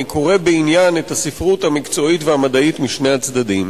אני קורא בעניין את הספרות המקצועית והמדעית משני הצדדים,